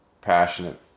passionate